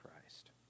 Christ